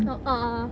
a'ah